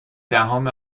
دهم